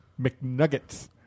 McNuggets